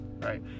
right